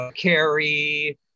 carry